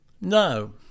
no